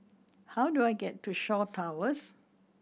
how do I get to Shaw Towers